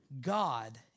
God